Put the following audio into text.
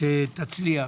שתצליח,